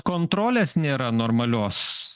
kontrolės nėra normalios